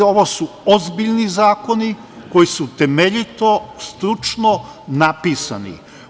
Ovo su ozbiljni zakoni koji su temeljito, stručno napisani.